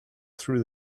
through